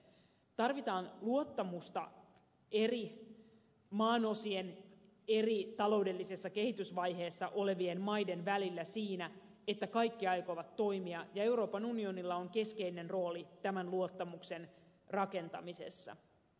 tarvitaan luottamusta eri maanosien eri taloudellisessa kehitysvaiheessa olevien maiden välillä siinä että kaikki aikovat toimia ja euroopan unionilla on keskeinen rooli tämän luottamuksen rakentamisessa